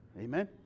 amen